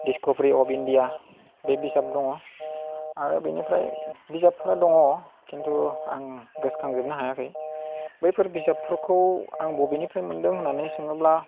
the discovery of India बे बिजाब दङ आरो बिनिफ्राय बिजाबफ्रा दङ खिन्थु आं गोसोखांजोबनो हायाखै बैफोर बिजाबफोरखौ आं बबेनिफ्राय मोन्दों होननानै सोङोब्ला